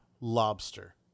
lobster